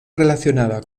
relacionada